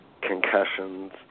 concussions